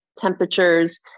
Temperatures